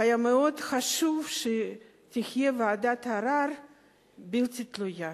והיה מאוד חשוב שתהיה ועדת ערר בלתי תלויה.